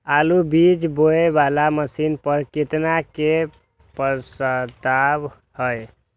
आलु बीज बोये वाला मशीन पर केतना के प्रस्ताव हय?